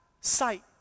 sight